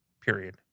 period